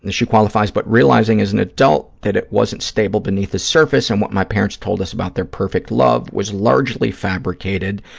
she qualifies, but realizing as an adult that it wasn't stable beneath the surface and what my parents told us about their perfect love was largely fabricated,